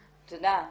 תודה.